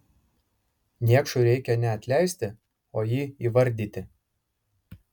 niekšui reikia ne atleisti o jį įvardyti